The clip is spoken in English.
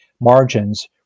margins